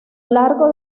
largo